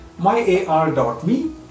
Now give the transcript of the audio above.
Myar.me